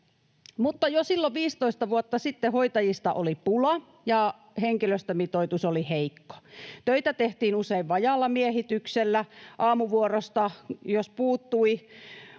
Mutta jo silloin 15 vuotta sitten hoitajista oli pulaa ja henkilöstömitoitus oli heikko. Töitä tehtiin usein vajaalla miehityksellä. Jos aamuvuorosta puuttui